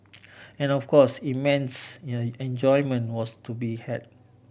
and of course immense enjoyment was to be had